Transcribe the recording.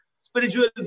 spiritual